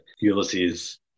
Ulysses